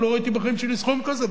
כי לא ראיתי בחיים שלי סכום כזה,